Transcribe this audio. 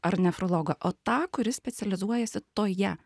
ar nefrologą o tą kuris specializuojasi toje